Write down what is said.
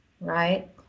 right